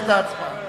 ההצבעה.